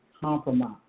Compromise